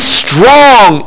strong